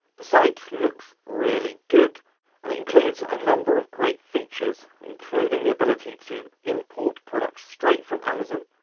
the site looks really good and it includes a number of great features including the ability to import products straight from amazon,